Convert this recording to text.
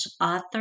author